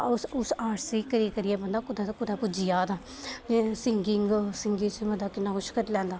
उस आर्टस गी करियै करियै मतलब कुतै दा कुतै पुज्जी जंदा आ दा सिंगिंग सिंगिंग च बंदा कि'न्ना किश करी लैंदा